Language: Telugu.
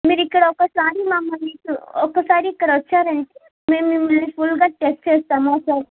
మీరు ఇక్కడ ఒకసారి మమ్మల్ని ఒక్కసారి ఇక్కడ వచ్చారంటే మేము మిమ్మల్ని ఫుల్గా చెక్ చేస్తాము ఒకసారి